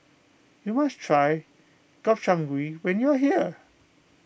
you must try Gobchang Gui when you are here